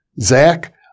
Zach